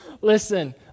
Listen